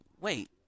Wait